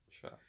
Sure